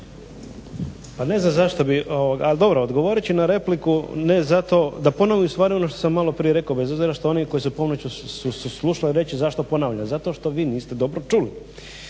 Pa ne znam zašto bi, ali dobro. Odgovorit ću na repliku ne zato da ponovim u stvari ono što sam malo prije rekao bez obzira što oni koji su …/Govornik se ne razumije./… zašto ponavljam. Zato što vi niste dobro čuli.